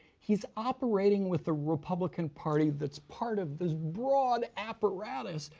he's operating with a republican party that's part of this broad apparatus.